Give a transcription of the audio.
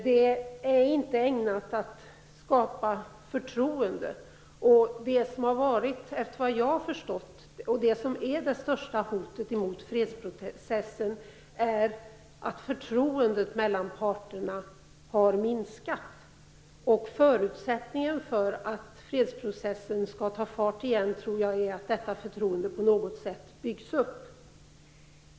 Det är inte ägnat att skapa förtroende, och det som såvitt jag har förstått har varit och är det största hotet mot fredsprocessen är att förtroendet mellan parterna har minskat. Jag tror att förutsättningen för att fredsprocessen skall ta fart igen är att detta förtroende på något sätt byggs upp.